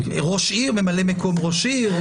ממלא מקום ראש עיר.